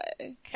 Okay